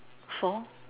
four